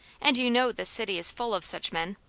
and you know this city is full of such men.